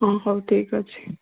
ହଁ ହଉ ଠିକ୍ ଅଛି